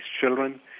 children